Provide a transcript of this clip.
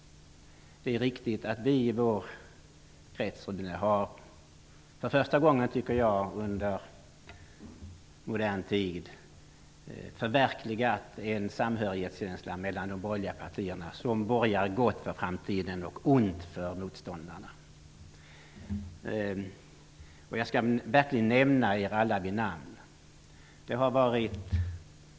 Det är riktigt att vi i vår krets för första gången under modern tid har skapat en samhörighetskänsla mellan de borgerliga partierna som bådar gott för framtiden och ont för motståndarna. Jag skall nämna er alla vid namn.